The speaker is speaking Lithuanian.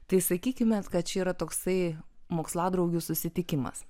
tai sakykime kad čia yra toksai moksladraugių susitikimas